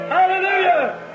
Hallelujah